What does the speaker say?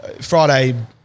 Friday